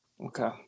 Okay